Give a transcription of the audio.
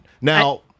Now